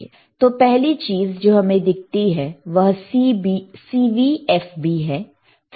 तो पहली चीज जो हमें दिखती है वह CV FB है